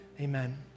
Amen